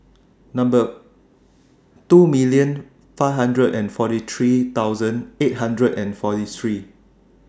Number two million five hundred and forty three thousand eight hundred and forty three